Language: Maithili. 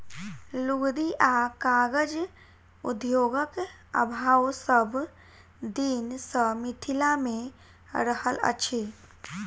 लुगदी आ कागज उद्योगक अभाव सभ दिन सॅ मिथिला मे रहल अछि